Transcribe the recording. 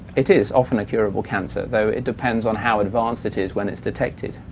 it is often a curable cancer although it depends on how advanced it is when it's detected.